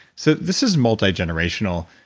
so this is multigenerational,